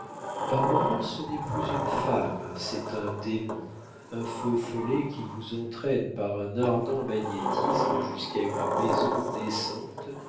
par moments ce n'est plus une femme c'est un démon un feu follet qui vous entraîne par un ardent magnétisme jusqu'à une maison décente